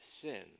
sin